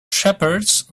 shepherds